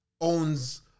owns